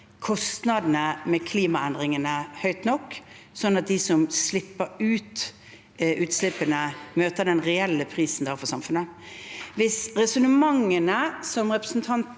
kostnadene ved klimaendringene høyt nok, slik at de som slipper ut utslippene, møter den reelle prisen det har for samfunnet. Ut fra resonnementene som representanten